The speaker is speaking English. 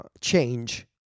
change